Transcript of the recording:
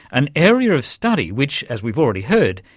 an area of study which, as we've already heard,